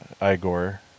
Igor